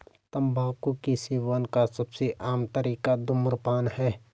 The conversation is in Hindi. तम्बाकू के सेवन का सबसे आम तरीका धूम्रपान है